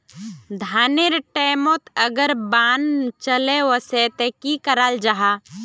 धानेर टैमोत अगर बान चले वसे ते की कराल जहा?